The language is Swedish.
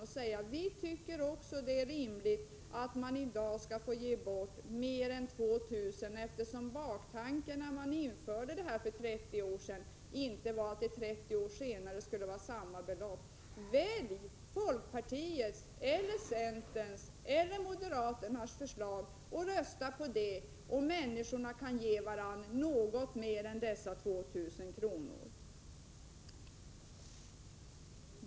Även socialdemokraterna borde anse att det är rimligt att man skall få ge bort mer än 2 000 kr. Tanken var knappast, när det skattefria beloppet infördes, att detta skulle vara detsamma efter 30 år. Välj folkpartiets, centerns eller moderata samlingspartiets förslag och rösta på det, så att människorna kan ge varandra något mer än 2 000 kr.